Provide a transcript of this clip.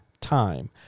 time